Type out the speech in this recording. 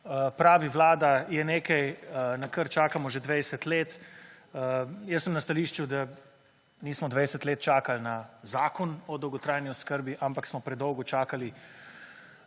pravi Vlada, je nekaj na kar čakamo že 20 let. Jaz sem na stališču, da nismo 20 let čakali na Zakon o dolgotrajni oskrbi, ampak smo predolgo čakali